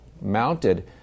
mounted